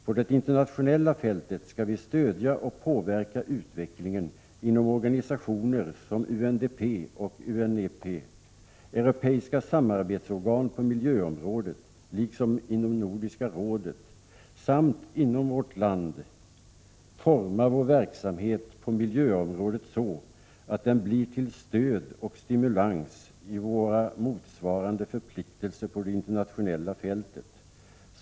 På det internationella fältet skall vi stödja och påverka utvecklingen inom organisationer som UNDP och UNEP, europeiska samarbetsorgan på miljöområdet, liksom inom Nordiska rådet, samt inom vårt land forma vår verksamhet på miljöområdet så att den blir till stöd och stimulans i våra motsvarande förpliktelser på det internationella fältet.